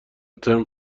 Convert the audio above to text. ترم